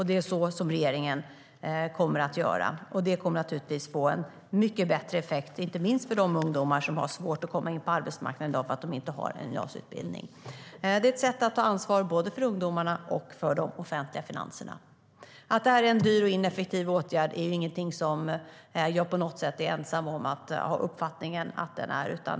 Det är så regeringen kommer att agera, och det kommer naturligtvis att få en mycket bättre effekt, inte minst för de ungdomar som har svårt att komma in på arbetsmarknaden därför att de inte har en gymnasieutbildning. Det är ett sätt att ta ansvar både för ungdomarna och för de offentliga finanserna. Att nedsättningen av arbetsgivaravgifterna är en dyr och ineffektiv åtgärd är ingenting som jag på något sätt är ensam om att tycka.